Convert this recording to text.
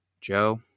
Joe